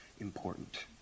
important